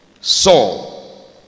Saul